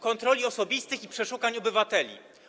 kontroli osobistych i przeszukań u obywateli.